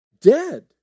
dead